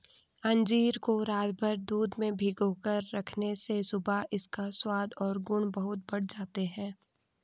अंजीर को रातभर दूध में भिगोकर रखने से सुबह इसका स्वाद और गुण बहुत बढ़ जाते हैं